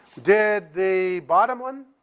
did the bottom one?